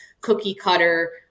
cookie-cutter